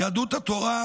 יהדות התורה,